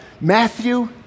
Matthew